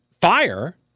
fire